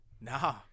Nah